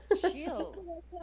Chill